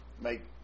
Make